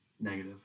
negative